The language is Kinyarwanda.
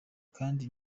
kandi